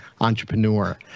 entrepreneur